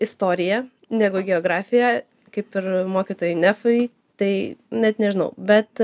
istorija negu geografija kaip ir mokytojui nefui tai net nežinau bet